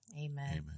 Amen